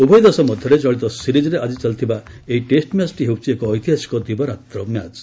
ଉଭୟ ଦେଶ ମଧ୍ୟରେ ଚଳିତ ସିରିଜ୍ର ଆଜି ଚାଲିଥିବା ଏହି ଟେଷ୍ଟ ମ୍ୟାଚ୍ଟି ହେଉଛି ଏକ ଐତିହାସିକ ଦିବାରାତ୍ର ମ୍ୟାଚ୍